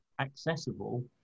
accessible